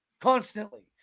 constantly